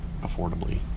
affordably